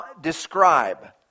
describe